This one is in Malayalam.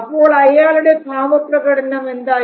അപ്പോൾ അയാളുടെ ഭാവപ്രകടനം എന്തായിരുന്നു